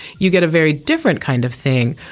you get a very different kind of thing.